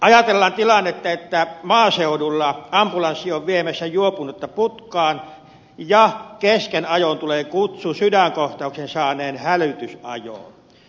ajatellaan tilannetta että maaseudulla ambulanssi on viemässä juopunutta putkaan ja kesken ajon tulee kutsu sydänkohtauksen saaneen hälytysajoon